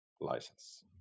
license